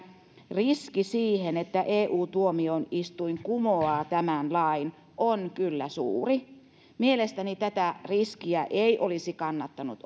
riski siihen että eu tuomioistuin kumoaa tämän lain on kyllä suuri mielestäni tätä riskiä ei olisi kannattanut